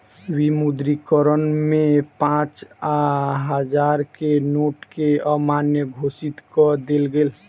विमुद्रीकरण में पाँच आ हजार के नोट के अमान्य घोषित कअ देल गेल